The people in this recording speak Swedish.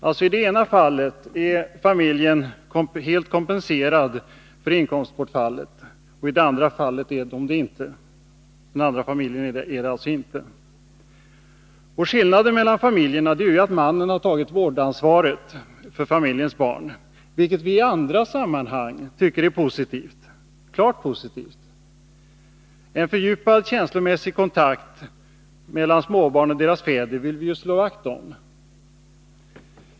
I det ena fallet blir familjen alltså helt kompenserad för inkomstbortfall, och i det andra fallet blir den inte kompenserad. Skillnaden mellan familjerna är att mannen har tagit vårdansvaret för familjens barn, vilket vi i andra sammanhang tycker är klart positivt. En fördjupad känslomässig kontakt mellan småbarn och deras fäder vill vi slå vakt om.